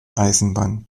eisenbahn